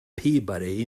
peabody